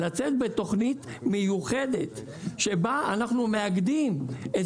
לצאת בתוכנית מיוחדת שבה אנחנו מאגדים את